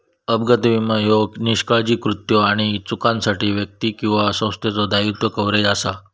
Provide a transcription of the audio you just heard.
अपघाती विमो ह्यो निष्काळजी कृत्यो किंवा चुकांसाठी व्यक्ती किंवा संस्थेचो दायित्व कव्हरेज असा